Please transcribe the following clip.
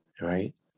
right